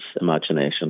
imagination